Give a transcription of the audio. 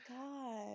God